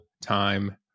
time